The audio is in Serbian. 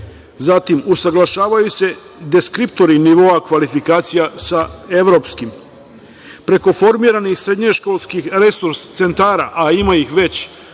Zatim, usaglašavaju se deskriptori nivoa kvalifikacija sa evropskim. Preko formiranih srednjoškolskih resurs centara, a ima ih već